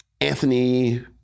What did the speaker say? Anthony